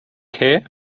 hair